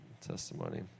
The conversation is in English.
testimony